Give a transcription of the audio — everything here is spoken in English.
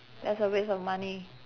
that's a waste of money